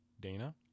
dana